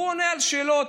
הוא עונה על שאלות,